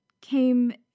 came